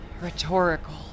Rhetorical